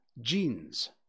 genes